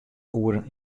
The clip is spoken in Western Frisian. oeren